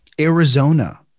Arizona